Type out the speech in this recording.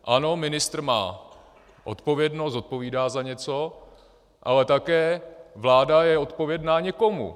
Ano, ministr má odpovědnost, zodpovídá za něco, ale také vláda je odpovědná někomu.